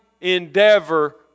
endeavor